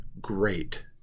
great